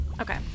Okay